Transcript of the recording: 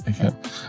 Okay